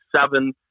seven